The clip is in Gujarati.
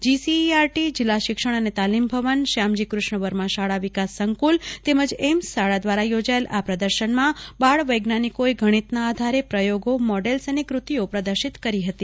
જીસીઆરટી જિલ્લા શિક્ષણ અને તાલીમ ભવન શ્યામજી કૃષ્ણવર્મા વિકાસ સંકુલ તેમજ એઈમ્સ શાળા દ્વારા યોજાયેલા આ પ્રદર્શનમાં બાળ વૈજ્ઞાનિકોએ ગણિતના આધારે પ્રયોગોમોડેલસ્ અને કૃતિઓ પ્રદર્શિત કરી હતી